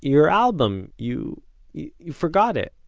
your album, you you forgot it.